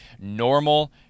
normal